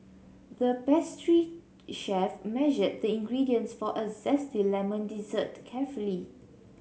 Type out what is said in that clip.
the pastry chef measured the ingredients for a zesty lemon dessert carefully